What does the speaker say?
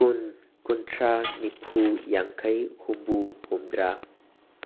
ꯀꯨꯟ ꯀꯨꯟꯊ꯭ꯔꯥ ꯅꯤꯐꯨ ꯌꯥꯡꯈꯩ ꯍꯨꯝꯐꯨ ꯍꯨꯝꯗ꯭ꯔꯥ